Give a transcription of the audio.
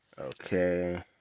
okay